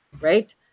right